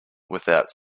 without